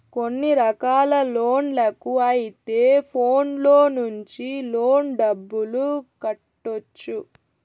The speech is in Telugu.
కొన్ని రకాల లోన్లకు అయితే ఫోన్లో నుంచి లోన్ డబ్బులు కట్టొచ్చు